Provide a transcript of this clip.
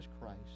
christ